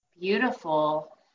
beautiful